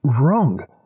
wrong